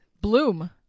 Bloom